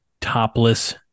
topless